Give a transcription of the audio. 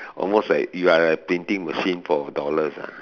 almost like you are a printing machine for dollars ah